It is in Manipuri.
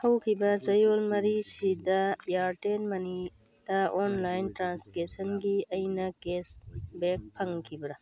ꯍꯧꯈꯤꯕ ꯆꯌꯣꯜ ꯃꯔꯤꯁꯤꯗ ꯏꯌꯥꯔꯇꯦꯜ ꯃꯅꯤꯗ ꯑꯣꯟꯂꯥꯏꯟ ꯇ꯭ꯔꯥꯟꯖꯦꯛꯁꯟꯒꯤ ꯑꯩꯅ ꯀꯦꯁꯕꯦꯛ ꯐꯪꯈꯤꯕ꯭ꯔꯥ